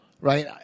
right